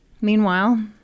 Meanwhile